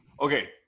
okay